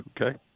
Okay